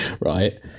right